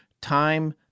Time